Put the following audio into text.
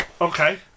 Okay